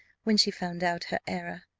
when she found out her error,